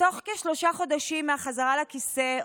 בתוך כשלושה חודשים מהחזרה לכיסא,